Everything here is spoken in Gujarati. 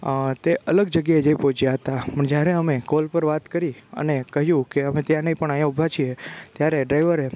તે અલગ જગ્યાએ જઈ પહોચ્યાં હતા પણ જ્યારે અમે કૉલ પર વાત કરી અને કહ્યું કે અમે ત્યાં નહીં પણ અહીંયા ઊભા છીએ ત્યારે ડ્રાઈવરે